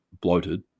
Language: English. bloated